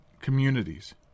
communities